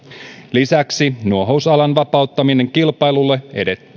lisäksi nuohousalan vapauttaminen kilpailulle